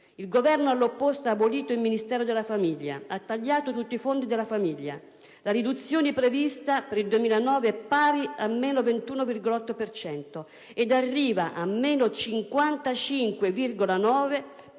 Il Governo, all'opposto, ha abolito il Ministero della famiglia e ha tagliato tutti i fondi per la famiglia. La riduzione prevista per il 2009 è pari a meno 21,8 per cento e arriverà a meno 55,9